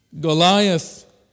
Goliath